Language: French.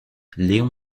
léon